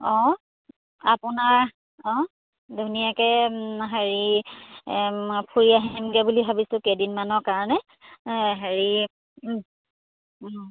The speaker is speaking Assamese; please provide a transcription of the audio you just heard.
অঁ আপোনাৰ অঁ ধুনীয়াকৈ হেৰি ফুৰি আহিমগৈ বুলি ভাবিছোঁ কেইদিনমানৰ কাৰণে হেৰি